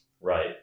right